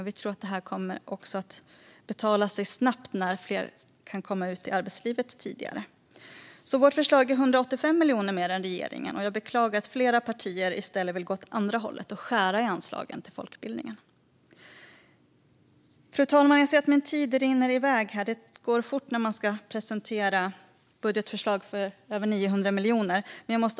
Vi tror att det kommer att betala sig snabbt när fler kan komma ut i arbetslivet tidigare. Vårt förslag är på 185 miljoner mer än regeringens, och jag beklagar att flera partier i stället vill gå åt andra hållet och skära i anslagen till folkbildningen. Fru talman! Min talartid rinner iväg. Tiden går fort när man ska presentera budgetförslag på över 900 miljoner.